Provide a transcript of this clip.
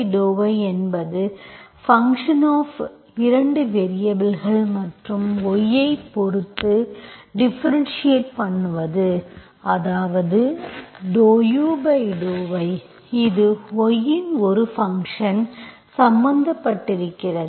∂u∂y என்பது function of 2 வேரியபல்கள் மற்றும் y ஐப் பொறுத்து டிஃபரென்ஷிஏட் பண்ணுவது அதாவது ∂u∂y இது y இன் ஒரு ஃபங்க்ஷன் சம்பந்தப்பட்டிருக்கிறது